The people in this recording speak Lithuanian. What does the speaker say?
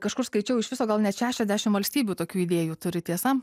kažkur skaičiau iš viso gal net šešiasdešim valstybių tokių idėjų turi tiesa